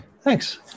Thanks